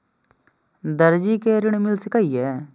दर्जी कै ऋण मिल सके ये?